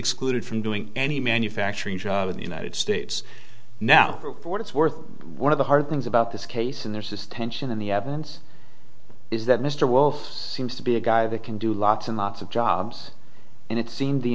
excluded from doing any manufacturing job in the united states now report it's worth one of the hard things about this case and there's this tension in the evidence is that mr wells seems to be a guy that can do lots and lots of jobs and it seemed the